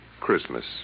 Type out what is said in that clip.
Christmas